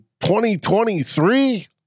2023